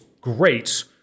great